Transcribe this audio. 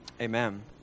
amen